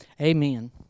amen